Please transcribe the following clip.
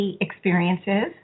experiences